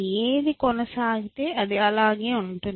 ఏది కొనసాగితే అది అలాగే ఉంటుంది